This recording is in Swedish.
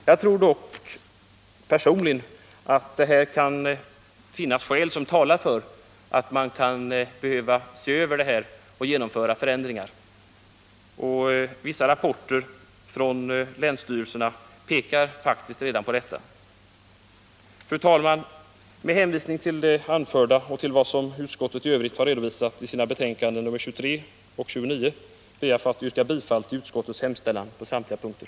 Jag tror dock personligen att här kan finnas skäl som talar för att man ser över detta och genomför förändringar. Vissa rapporter från länsstyrelserna pekar faktiskt redan på detta. Fru talman! Med hänvisning till det anförda och till vad utskottet i övrigt har redovisat i sina betänkanden 23 och 29 ber jag att få yrka bifall till utskottets hemställan på samtliga punkter.